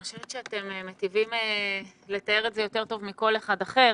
אני חושבת שאתם מיטיבים לתאר את זה יותר מכל אחד אחר.